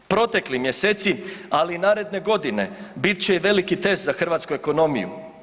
Protekli mjeseci, ali i naredne godine bit će i veliki test za hrvatsku ekonomiju.